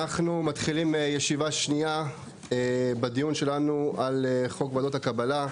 אנחנו מתחילים ישיבה שנייה בדיון שלנו על חוק ועדות הקבלה,